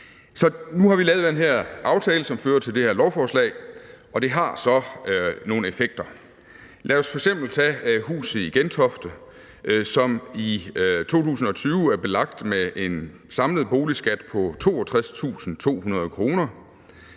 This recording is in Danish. nu har vi lavet den her aftale, som fører til det her lovforslag, og det har så nogle effekter. Lad os f.eks. tage et hus i Gentofte, som i 2020 er belagt med en samlet boligskat på 62.200 kr.